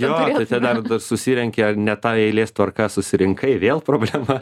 jo tai ta dar susirenki ar ne ta eilės tvarka susirinkai vėl problema